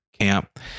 camp